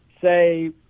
say